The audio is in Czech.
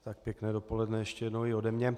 Tak pěkné dopoledne ještě jednou i ode mne.